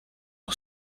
nog